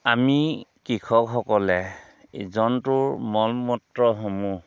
আমি কৃষকসকলে এই জন্তুৰ মলমূত্ৰসমূহ